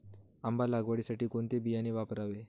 आंबा लागवडीसाठी कोणते बियाणे वापरावे?